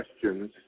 questions